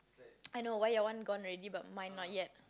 I know why your one gone already but mine not yet